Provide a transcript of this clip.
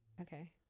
Okay